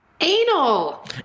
Anal